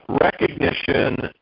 Recognition